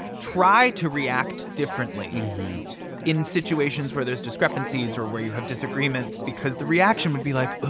try to react differently in situations where there's discrepancies or where you have disagreements because the reaction would be like, ah